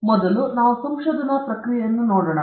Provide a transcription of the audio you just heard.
ಆದ್ದರಿಂದ ಮೊದಲು ನಾವು ಸಂಶೋಧನಾ ಪ್ರಕ್ರಿಯೆಯನ್ನು ನೋಡೋಣ